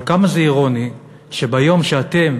אבל כמה זה אירוני שביום שבו אתם